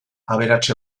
aberats